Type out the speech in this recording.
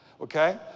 okay